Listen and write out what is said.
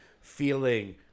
feeling